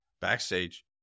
backstage